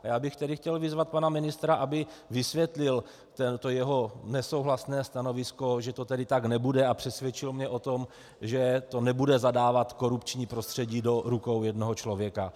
Já bych tedy chtěl vyzvat pana ministra, aby vysvětlil to své nesouhlasné stanovisko, že to tedy tak nebude, a přesvědčil mě o tom, že to nebude zadávat korupční prostředí do rukou jednoho člověka.